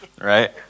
right